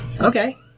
okay